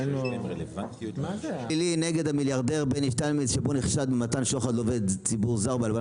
הממשלה (תיקון שר נוסף במשרד וכשירותם של שרים),